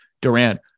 Durant